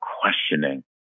questioning